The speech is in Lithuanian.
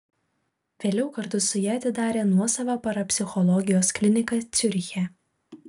vėliau kartu su ja atidarė nuosavą parapsichologijos kliniką ciuriche